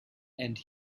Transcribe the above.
and